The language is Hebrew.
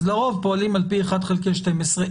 אז לרוב פועלים על פי 1 חלקי 12,